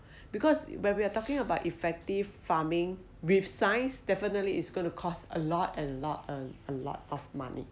because when we're talking about effective farming with science definitely it's going to cost a lot and lot and lot of money